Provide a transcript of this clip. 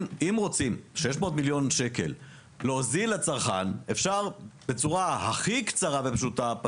אם רוצים להוזיל לצרכן 600 מיליון שקל אפשר בצורה הכי